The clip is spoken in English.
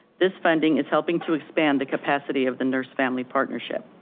this funding is helping to expand the capacity of the nurse family partnership.